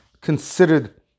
considered